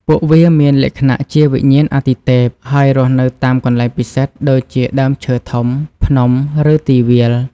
ពួកវាមានលក្ខណៈជាវិញ្ញាណអាទិទេពហើយរស់នៅតាមកន្លែងពិសិដ្ឋដូចជាដើមឈើធំ ភ្នំ ឬទីវាល។